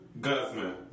Guzman